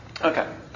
Okay